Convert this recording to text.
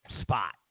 spot